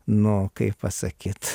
nu kaip pasakyt